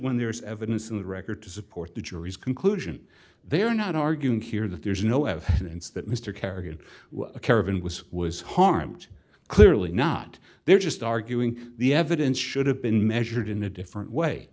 when there is evidence in the record to support the jury's conclusion they are not arguing here that there is no evidence that mr kerik good care of and was was harmed clearly not there just arguing the evidence should have been measured in a different way